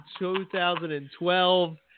2012